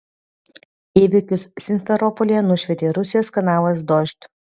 įvykius simferopolyje nušvietė ir rusijos kanalas dožd